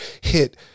hit